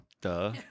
Duh